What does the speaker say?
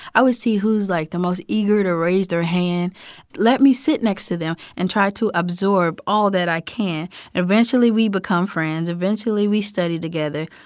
i would see who's, like, the most eager to raise their hand let me sit next to them and try to absorb all that i can. and eventually, we become friends. eventually, we study together.